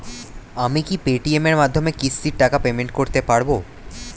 আমি কি Paytm এর মাধ্যমে কিস্তির টাকা পেমেন্ট করতে পারব?